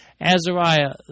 Azariah